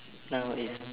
now is